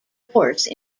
force